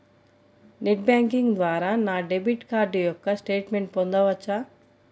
Net banking ద్వారా నా debit card యొక్క స్టేట్మెంట్ పొందవచ్చా?